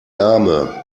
arme